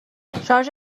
شارژ